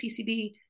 PCB